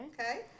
Okay